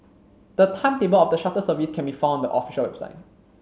the timetable of the shuttle service can be found on the official website